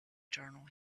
journal